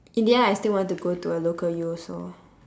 in the end I still want to go to a local U also